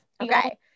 Okay